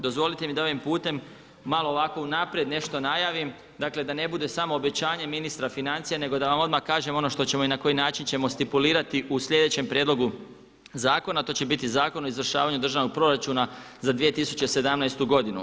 Dozvolite mi da ovim putem malo ovako unaprijed nešto najavim dakle, da ne bude samo obećanje ministra financija, nego da vam odmah kažem ono što ćemo i na koji način ćemo stipulirati u sljedećem prijedlogu zakona, a to će biti Zakon o izvršavanju Državnog proračuna za 2017. godinu.